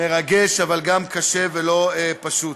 מרגש אבל גם קשה ולא פשוט.